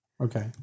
Okay